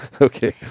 Okay